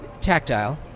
tactile